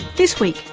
this week,